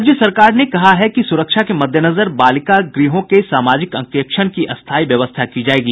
राज्य सरकार ने कहा है कि सूरक्षा के मददेनजर बालिका गृहों के सामाजिक अंकेक्षण की स्थायी व्यवस्था की जायेगी